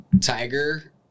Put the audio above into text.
Tiger